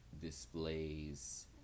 displays